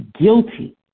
guilty